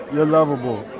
you're lovable.